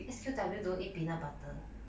S_Q_W don't eat peanut butter